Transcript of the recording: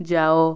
ଯାଅ